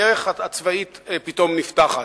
הדרך הצבאית פתאום נפתחת.